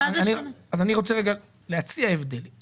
אני רוצה להציע הבדלים.